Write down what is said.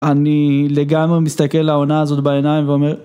אני לגמרי מסתכל על העונה הזאת בעיניים ואומר.